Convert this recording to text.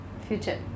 Future